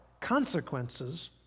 consequences